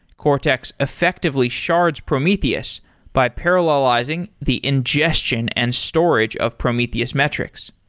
cortex effectively shards prometheus by paralyzing the indigestion and storage of prometheus metrics.